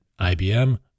IBM